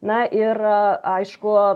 na ir aišku